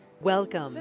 Welcome